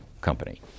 company